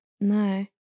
No